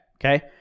Okay